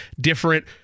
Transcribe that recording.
different